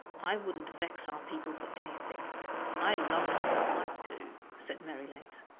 i wouldn't vex our people for anything i love them, i do, said merrylegs,